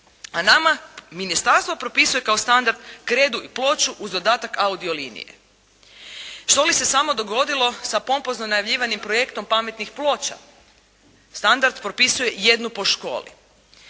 a nama ministarstvo propisuje kao standard kredu i ploču uz dodatak audio linije. Što li se samo dogodilo sa pompozno najavljivanim projektom pametnih ploča? Standard propisuje jednu po školi.